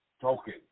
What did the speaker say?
token